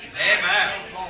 Amen